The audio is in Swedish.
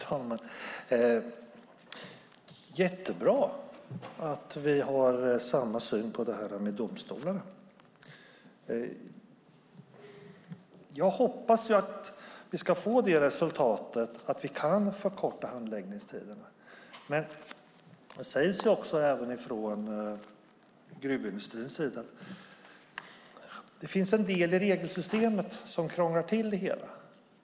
Fru talman! Det är bra att vi har samma syn i frågan om domstolar. Jag hoppas att vi ska få resultatet att vi kan förkorta handläggningstiderna. Det sägs också från gruvindustrins sida att det finns en del i regelsystemet som krånglar till det hela.